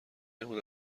نبود